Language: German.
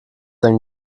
dein